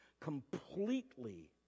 Completely